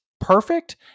perfect